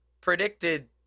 predicted